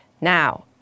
Now